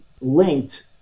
linked